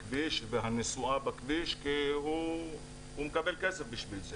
והנסועה בכביש כי הוא מקבל כסף בשביל זה.